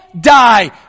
die